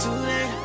Today